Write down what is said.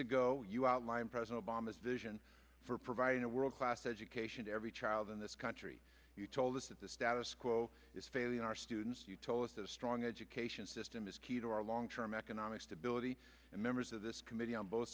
ago you outline president obama's vision for providing a world class education to every child in this country you told us that the status quo is failing our students you told us a strong education system is key to our long term economic stability and members of this committee on both